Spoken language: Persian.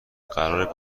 قراره